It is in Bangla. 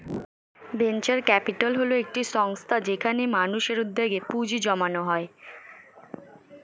ভেঞ্চার ক্যাপিটাল হল একটি সংস্থা যেখানে মানুষের উদ্যোগে পুঁজি জমানো হয়